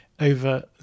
over